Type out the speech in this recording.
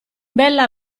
bella